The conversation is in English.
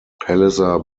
palliser